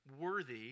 worthy